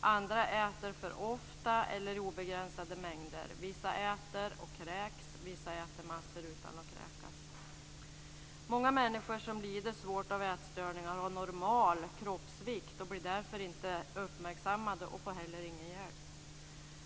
Andra äter för ofta eller i obegränsade mängder. Vissa äter och kräks. Vissa äter massor utan att kräkas. Många människor som lider svårt av ätstörningar har normal kroppsvikt och blir därför inte uppmärksammade och får heller ingen hjälp.